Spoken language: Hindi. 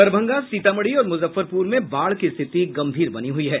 दरभंगा सीतामढ़ी और मुजफ्फरपुर में बाढ़ की स्थिति गंभीर बनी हुई है